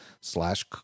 slash